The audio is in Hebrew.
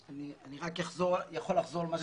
אני רק יכול לחזור על מה שאמרתי.